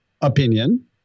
opinion